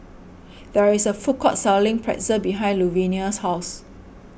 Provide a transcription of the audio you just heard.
there is a food court selling Pretzel behind Luvinia's house